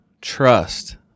trust